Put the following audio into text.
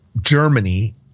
Germany